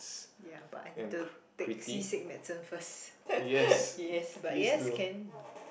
yeah but I need take seasick medicine first yes but yes can